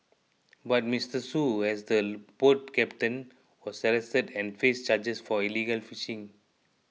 but Mister Shoo as the boat captain was arrested and faced charges for illegal fishing